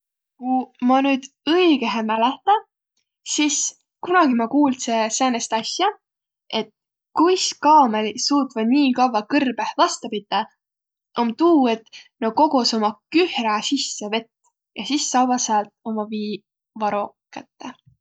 Ku ma nüüd õigõhe mäletä, sis kunagi ma kuuldsõ säänest asja, et kuis kaamõliq suutvaq nii kavva kõrbõh vasta pitäq, om tuu, et nä kogosõq uma kühmä sisse vett ja sis saavaq säält uma viivaro kätte.